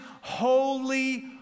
holy